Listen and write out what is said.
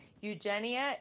Eugenia